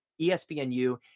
ESPNU